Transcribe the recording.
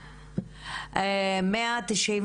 באל-עראקיב.